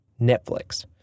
Netflix